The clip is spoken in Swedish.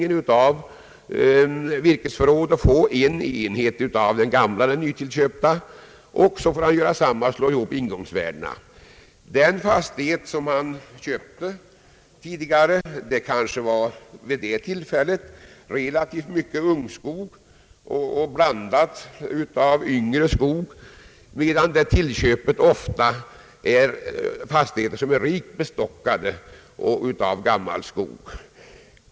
Han kan på det sättet få en enhet av den gamla och den nytillköpta fastigheten. Han får då också slå ihop ingångsvärdena. Den fastighet som han köpte tidigare bestod kanske av relativt mycket ungskog och blandning av yngre skog, medan den tillköpta fastigheten ofta är rikt bestockad av gammal skog.